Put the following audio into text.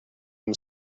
him